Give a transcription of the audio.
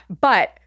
But-